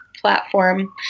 platform